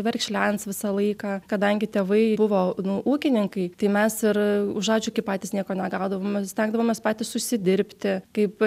verkšlens visą laiką kadangi tėvai buvo nu ūkininkai tai mes ir už ačiū kai patys nieko negaudavom ir stengdavomės patys užsidirbti kaip